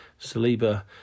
Saliba